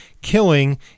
killing